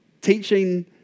Teaching